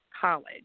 college